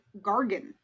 Gargan